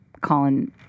Colin